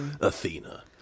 Athena